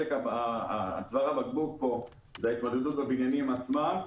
צוואר הבקבוק פה הוא ההתמודדות בבניינים עצמם